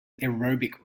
aerobic